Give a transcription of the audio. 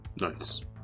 Nice